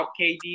KD